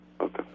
Okay